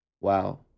wow